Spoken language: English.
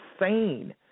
insane